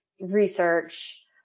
research